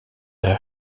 der